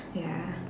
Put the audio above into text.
ya